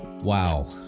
Wow